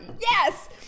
yes